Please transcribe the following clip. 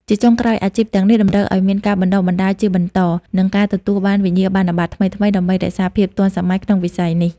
ជាចុងក្រោយ អាជីពទាំងនេះតម្រូវឱ្យមាន ការបណ្តុះបណ្តាលជាបន្ត និងការទទួលបានវិញ្ញាបនបត្រថ្មីៗដើម្បីរក្សាភាពទាន់សម័យក្នុងវិស័យនេះ។